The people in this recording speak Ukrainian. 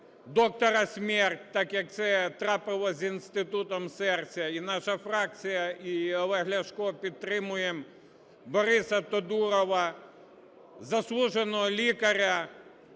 "доктора смерть", так, як це трапилося з Інститутом серця. І наша фракція, і Олег Ляшко підтримуємо Бориса Тодурова – заслуженого лікаря,